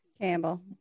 campbell